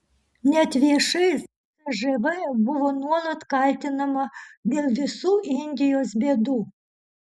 net viešai cžv buvo nuolat kaltinama dėl visų indijos bėdų